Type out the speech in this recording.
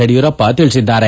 ಯಡಿಯೂರಪ್ಪ ತಿಳಿಸಿದ್ದಾರೆ